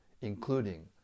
including